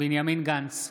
בנימין גנץ,